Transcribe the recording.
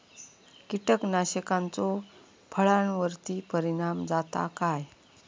कीटकनाशकाचो फळावर्ती परिणाम जाता काय?